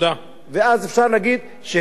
ואז אפשר להגיד שהם תורמים,